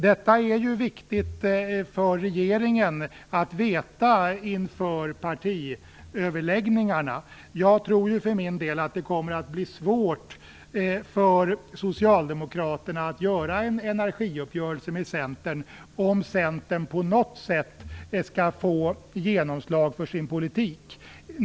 Detta är ju viktigt för regeringen att veta inför partiöverläggningarna. Jag tror ju för min del att det kommer att bli svårt för Socialdemokraterna att göra en energiuppgörelse med Centern om Centern på något sätt skall få genomslag för sin politik.